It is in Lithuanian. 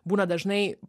būna dažnai